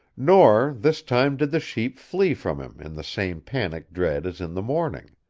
nor, this time, did the sheep flee from him in the same panic dread as in the morning.